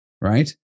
Right